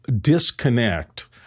disconnect